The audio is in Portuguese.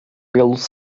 pelos